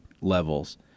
levels